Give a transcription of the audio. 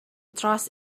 trust